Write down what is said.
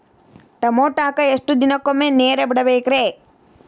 ಟಮೋಟಾಕ ಎಷ್ಟು ದಿನಕ್ಕೊಮ್ಮೆ ನೇರ ಬಿಡಬೇಕ್ರೇ?